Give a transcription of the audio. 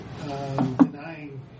denying